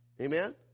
Amen